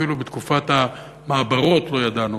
אפילו בתקופת המעברות לא ידענו.